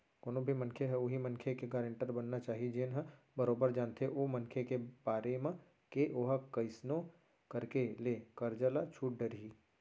कोनो भी मनखे ह उहीं मनखे के गारेंटर बनना चाही जेन ह बरोबर जानथे ओ मनखे के बारे म के ओहा कइसनो करके ले करजा ल छूट डरही